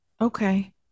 Okay